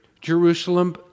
Jerusalem